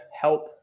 help